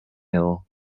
ill